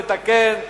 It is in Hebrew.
לתקן,